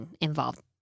involved